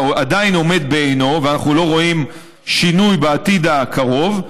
עדין עומד בעינו ואנחנו לא רואים שינוי בעתיד הקרוב,